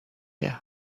you